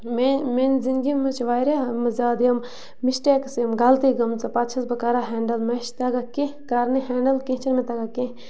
مےٚ میٛانہِ زندگی منٛز چھِ واریاہ یِمہٕ زیادٕ یِم مِسٹیکٕس یِم غلطی گٔمژٕ پَتہٕ چھَس بہٕ کَران ہینٛڈٕل مےٚ چھِ تَگان کیٚنٛہہ کَرنہِ ہینٛڈٕل کیٚنٛہہ چھَنہٕ مےٚ تَگان کیٚنٛہہ